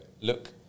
look